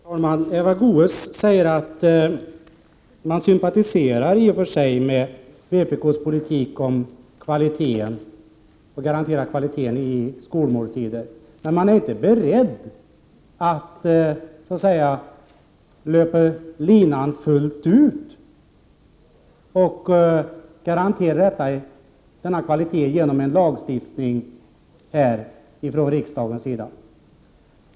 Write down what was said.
Herr talman! Eva Goés säger att hon i och för sig sympatiserar med vpk:s politik om att garantera kvaliteten i skolmåltiderna men inte är beredd att så att säga löpa linan fullt ut och garantera detta genom lagstiftning från riksdagens sida.